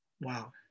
Wow